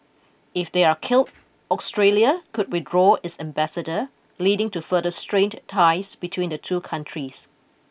if they are killed Australia could withdraw its ambassador leading to further strained ties between the two countries